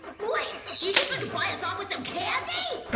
wait! do you think you can buy us off with some candy?